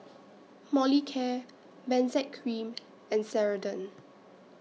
Molicare Benzac Cream and Ceradan